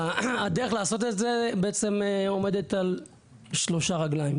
הדרך לעשות את זה עומדת על שלוש רגליים.